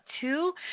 two